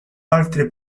altri